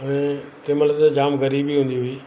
ऐं तंहिं महिल त जाम ग़रीबी हूंदी हुई